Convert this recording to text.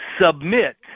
submit